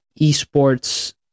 esports